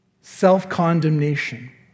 self-condemnation